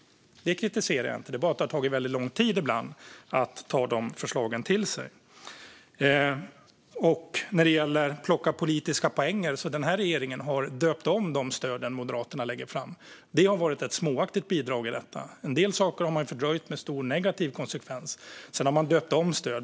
Det kritiserar jag inte; det är bara att det ibland har tagit väldigt lång tid att ta till sig förslagen. När det gäller att plocka politiska poänger har den här regeringen döpt om de stöd som Moderaterna lägger fram. Det har varit ett småaktigt bidrag i detta. En del saker har man fördröjt, med stora negativa konsekvenser, och en del stöd har man döpt om.